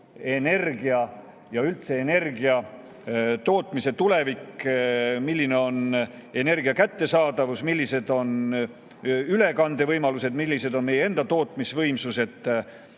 elektrienergia ja üldse energia tootmise tulevik, milline on energia kättesaadavus, millised on ülekandevõimalused, millised on meie enda tootmisvõimsused ja